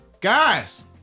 guys